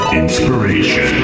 inspiration